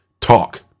talk